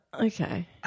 Okay